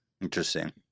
interesting